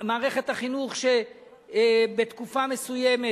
מערכת החינוך שבתקופה מסוימת,